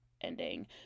ending